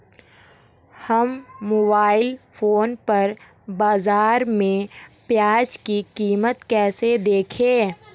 हम mobile phone पर बाज़ार में प्याज़ की कीमत कैसे देखें?